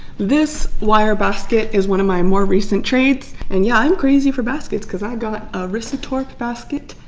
this wire basket is one of my more recent trades and yeah, i'm crazy for baskets because i got risatorp basket,